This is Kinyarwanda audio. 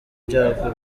byago